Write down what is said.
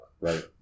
Right